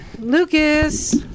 Lucas